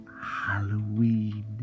Halloween